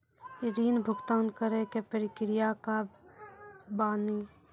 ऋण भुगतान करे के प्रक्रिया का बानी?